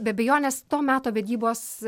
be abejonės to meto vedybos